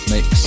Mix